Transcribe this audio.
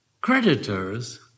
creditors